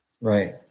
right